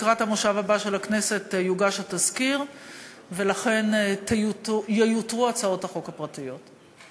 לקראת המושב הבא של הכנסת יוגש התזכיר ולכן ייותרו הצעות החוק הפרטיות.